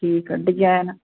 ਠੀਕ ਆ ਡਿਜਾਇਨ